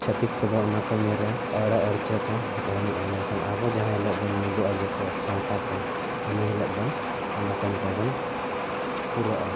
ᱪᱷᱟᱛᱤᱠ ᱠᱚᱫᱚ ᱚᱱᱟ ᱠᱟᱹᱢᱤᱨᱮ ᱟᱹᱲᱟᱹ ᱟᱹᱲᱪᱷᱟᱹ ᱠᱚ ᱮᱢᱮᱫᱼᱟ ᱢᱮᱱᱠᱷᱟᱱ ᱟᱵᱚ ᱡᱟᱦᱟᱸ ᱦᱤᱞᱳᱜ ᱵᱚᱱ ᱢᱤᱫᱚᱜᱼᱟ ᱡᱚᱛᱚ ᱥᱟᱶᱛᱟ ᱠᱚ ᱤᱱᱟᱹᱦᱤᱞᱳᱜ ᱫᱚ ᱚᱱᱟ ᱠᱟᱹᱢᱤ ᱛᱟᱵᱚᱱ ᱯᱩᱨᱟᱹᱜᱼᱟ